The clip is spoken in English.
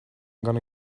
gonna